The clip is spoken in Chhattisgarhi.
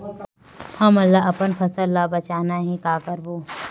हमन ला अपन फसल ला बचाना हे का करबो?